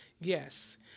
yes